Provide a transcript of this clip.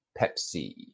Pepsi